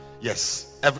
Yes